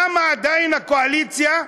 למה עדיין הקואליציה,